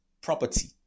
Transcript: property